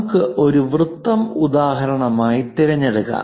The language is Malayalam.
നമുക്ക് ഒരു വൃത്തം ഉദാഹരണം ആയി തിരഞ്ഞെടുക്കാം